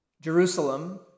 Jerusalem